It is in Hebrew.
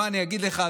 מה אני אגיד לך,